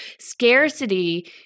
scarcity